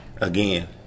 again